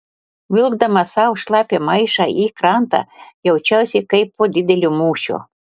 vilkdama savo šlapią maišą į krantą jaučiausi kaip po didelio mūšio